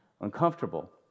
uncomfortable